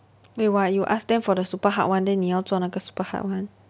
wait what you ask them for the super hard one then 你要做那个 super hard one